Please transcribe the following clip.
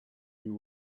you